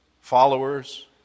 followers